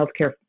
healthcare